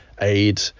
aid